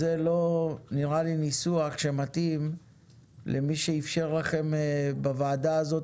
הניסוח הזה לא נראה לי ניסוח שמתאים למי שאפשר לכם בוועדה הזאת,